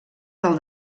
del